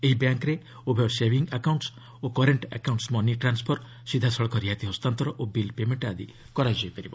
ଏହି ବ୍ୟାଙ୍କ୍ରେ ଉଭୟ ସେଭିଂ ଆକାଉଣ୍ଣସ୍ ଓ କରେଣ୍ଟ ଆକାଉଣ୍ଟସ୍ ମନି ଟ୍ରାନ୍ୱଫର ସିଧାସଳଖ ରିହାତି ହସ୍ତାନ୍ତର ଓ ବିଲ୍ ପେମେଙ୍କ ଆଦି କରାଯାଇ ପାରିବ